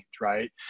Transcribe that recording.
right